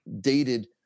dated